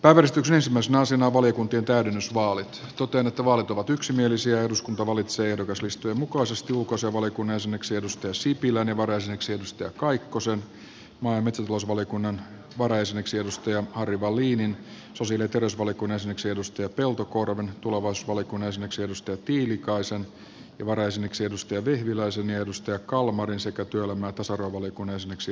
arstyksesi myös naisena valiokuntien täydennysvaalit totean että vaalit ovat yksimielisiä ja että eduskunta valitsee ehdokaslistojen mukaisesti ulkoasiainvaliokunnan jäseneksi juha sipilän ja varajäseneksi antti kaikkosen maa ja metsätalousvaliokunnan varajäseneksi harry wallinin sosiaali ja terveysvaliokunnan jäseneksi terhi peltokorven tulevaisuusvaliokunnan jäseneksi kimmo tiilikaisen ja varajäseniksi anu vehviläisen ja anne kalmarin sekä työelämä tasarov oli kone syöksyi